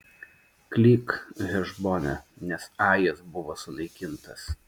klyk hešbone nes ajas buvo sunaikintas